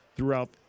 throughout